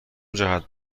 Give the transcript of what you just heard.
جهت